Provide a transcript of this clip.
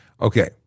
Okay